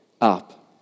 up